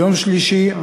ביום שלישי,